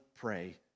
pray